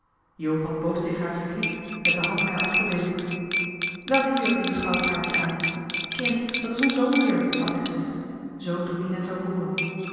had boos tegen haar geknikt met de hand haar afgewezen welke jurk doe je goudhaartje aan kind dat is een zomerjurk had hij gezegd zoo dat dina zou hooren